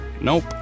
Nope